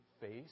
face